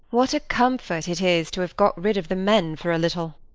what a comfort it is to have got rid of the men for a little!